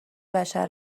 بشر